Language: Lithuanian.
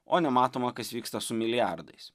o nematoma kas vyksta su milijardais